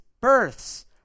births